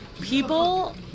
people